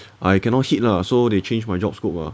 I cannot hit lah so they change my job scope ah